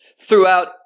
throughout